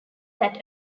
that